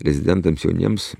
rezidentams jauniems